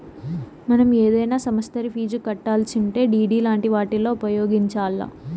మనం ఏదైనా సమస్తరి ఫీజు కట్టాలిసుంటే డిడి లాంటి వాటిని ఉపయోగించాల్ల